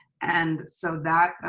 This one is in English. and so that,